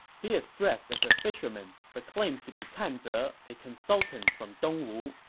he is dressed as a fisherman, but claims to be kan ze, a consultant from dong wu,